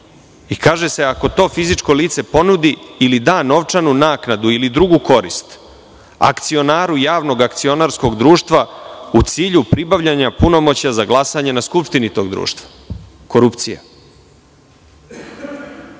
Kaže se – ako to fizičko lice ponudi ili da novčanu naknadu ili drugu korist akcionaru javnog akcionarskog društva u cilju pribavljanja punomoćja za glasanje na Skupštini tog društva – korupcija